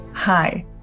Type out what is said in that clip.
Hi